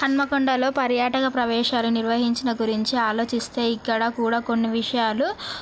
హన్మకొండలో పర్యాటక ప్రవేశాలు నిర్వహించిన గురించి ఆలోచిస్తే ఇక్కడ కూడా కొన్ని విషయాలు